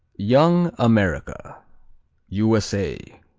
young america u s a.